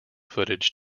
footage